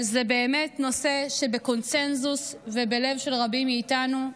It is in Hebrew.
זה באמת נושא שבקונסנזוס ובלב של רבים מאיתנו.